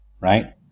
right